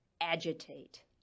agitate